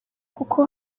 kuko